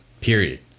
Period